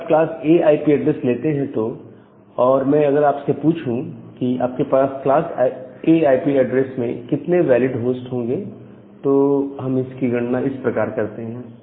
अगर आप class A IP address लेते हैं तो और अगर मैं आपसे पूछूं कि आपके पास क्लास A आईपी एड्रेस में कितने वैलिड होस्ट होंगे तो हम इसकी गणना इस प्रकार कर सकते हैं